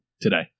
today